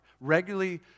regularly